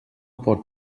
pot